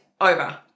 over